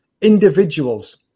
individuals